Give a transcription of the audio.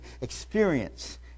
experience